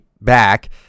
back